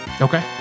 Okay